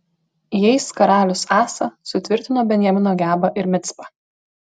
jais karalius asa sutvirtino benjamino gebą ir micpą